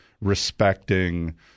respecting